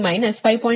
23 5